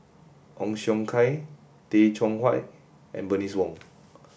Ong Siong Kai Tay Chong Hai and Bernice Wong